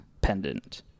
pendant